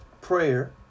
prayer